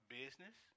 business